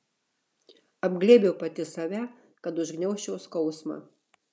apglėbiu pati save kad užgniaužčiau skausmą